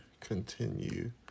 Continue